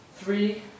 three